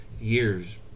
years